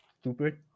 stupid